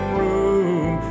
room